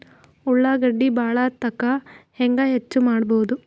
ಉಳ್ಳಾಗಡ್ಡಿ ಬಾಳಥಕಾ ಹೆಂಗ ಹೆಚ್ಚು ಮಾಡಬಹುದು?